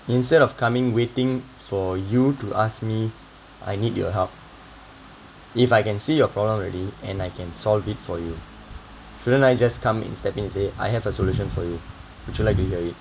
instead of coming waiting for you to ask me I need your help if I can see your problem already and I can solve it for you shouldn't I just come in step in to say I have a solution for you would you like to hear it